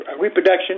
reproduction